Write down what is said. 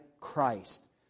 Christ